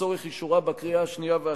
לצורך אישורה בקריאה השנייה והשלישית,